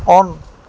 on